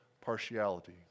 partiality